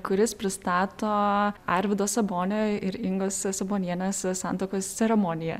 kuris pristato arvydo sabonio ir ingos sabonienės santuokos ceremoniją